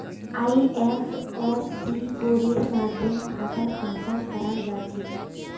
IFSC कोडेर माध्यम खातार पहचान कराल जा छेक